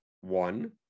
one